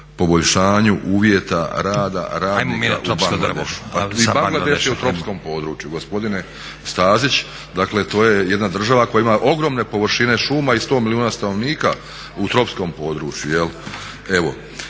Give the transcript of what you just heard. Hajmo mi na tropsko drvo./… Pa i Bangladeš je u tropskom području gospodine Stazić. Dakle, to je jedna država koja ima ogromne površine šuma i sto milijuna stanovnika u tropskom području.